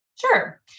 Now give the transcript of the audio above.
Sure